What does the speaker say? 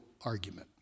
argument